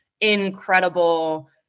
incredible